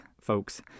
folks